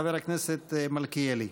חבר הכנסת מלכיאלי.